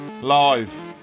live